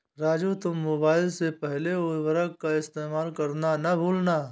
राजू तुम मोबाइल से पहले उर्वरक का इस्तेमाल करना ना भूलना